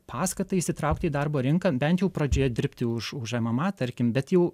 paskatą įsitraukti į darbo rinką bent jau pradžioje dirbti už už mma tarkim bet jau